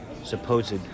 Supposed